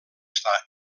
estar